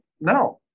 no